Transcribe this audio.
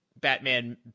Batman